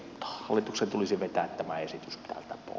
hallituksen tulisi vetää tämä esitys täältä pois